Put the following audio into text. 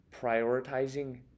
prioritizing